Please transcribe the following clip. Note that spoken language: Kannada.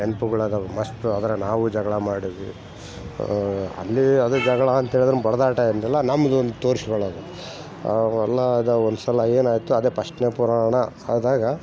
ನೆನ್ಪುಗಳದವು ಮಸ್ತು ಅದರೆ ನಾವು ಜಗಳ ಮಾಡೀವಿ ಅಲ್ಲೀ ಅದು ಜಗಳ ಅಂತೇಳಿದರೆ ಬಡಿದಾಟ ಏನಿಲ್ಲ ನಮ್ಮದು ಅನ್ ತೋರ್ಸಿಕ್ಕೊಳದ್ ಆವಾಗ ಎಲ್ಲಅದಾವು ಒಂದ ಸಲ ಏನಾಯಿತು ಅದೇ ಫಸ್ಟ್ನೇ ಪುರಾಣ ಆದಾಗ